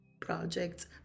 projects